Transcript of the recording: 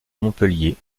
montpellier